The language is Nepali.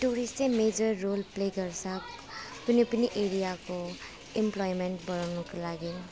टुरिस्ट चाहिँ मेजर रोल प्ले गर्छ कुनै पनि एरियाको एम्प्लोइमेन्ट बनाउनुको लागि